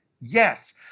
yes